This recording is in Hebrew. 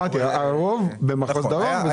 הרוב במחוז דרום.